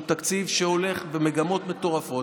שהוא תקציב שעולה במגמות מטורפות.